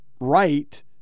right